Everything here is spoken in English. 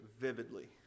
vividly